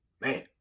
Man